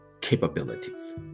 capabilities